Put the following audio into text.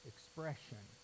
expression